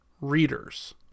readers